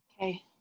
Okay